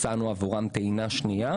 עבור יותר מ-2,500 מתוכם כבר ביצענו טעינה שנייה.